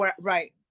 Right